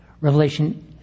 Revelation